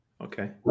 Okay